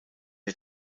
der